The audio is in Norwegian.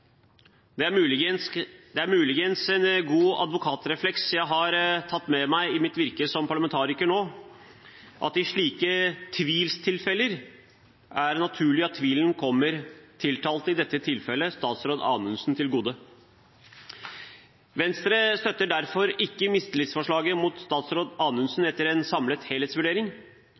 Det er muligens en god advokatrefleks jeg har tatt med meg i mitt virke som parlamentariker nå, at i slike tvilstilfeller er det naturlig at tvilen kommer tiltalte, i dette tilfellet statsråd Anundsen, til gode. Venstre støtter derfor ikke, etter en samlet helhetsvurdering, mistillitsforslaget mot statsråd